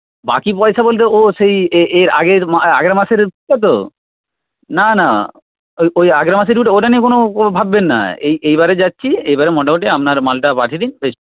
বাকি পয়সা বলতে ও সেই এর আগের আগের মাসের পয়সা তো না না ওই ওই আগের মাসের ওইটা নিয়ে কোনো ভাববেন না এই এইবারে যাচ্ছি এইবারে মোটামুটি আপনার মালটা পাঠিয়ে দিন